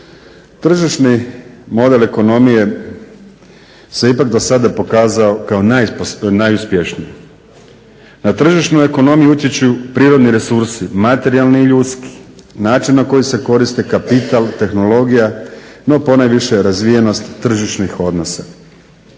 Tržišni model ekonomije se ipak do sada pokazao kao najuspješniji. Na tržišnu ekonomiju utječu prirodni resursi, materijalni i ljudski, način na koji se koriste kapital, tehnologija, no ponajviše razvijenost tržišnih odnosa.